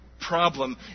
problem